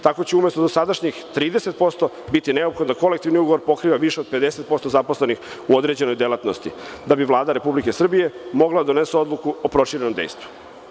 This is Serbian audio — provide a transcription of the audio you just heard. Tako će umesto dosadašnjih 30% biti neophodno da kolektivni ugovor pokriva više od 50% zaposlenih u određenoj delatnosti, da bi Vlada Republike Srbije mogla da donese odluku o proširenom dejstvu.